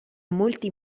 molti